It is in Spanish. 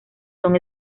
son